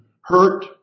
hurt